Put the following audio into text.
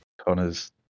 Connor's